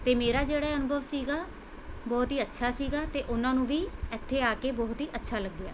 ਅਤੇ ਮੇਰਾ ਜਿਹੜਾ ਇਹ ਅਨੁਭਵ ਸੀਗਾ ਬਹੁਤ ਹੀ ਅੱਛਾ ਸੀਗਾ ਅਤੇ ਉਹਨਾਂ ਨੂੰ ਵੀ ਇੱਥੇ ਆ ਕੇ ਬਹੁਤ ਹੀ ਅੱਛਾ ਲੱਗਿਆ